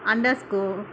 underscore